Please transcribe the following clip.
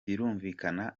birumvikana